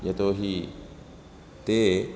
यतोहि ते